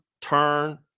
turn